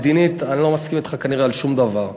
מדינית אני לא מסכים אתך כנראה על שום דבר,